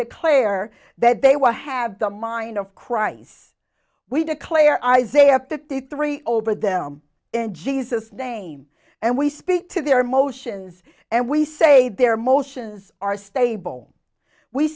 declare that they will have the mind of christ's we declare isaiah fifty three over them in jesus name and we speak to their motions and we say their motions are stable we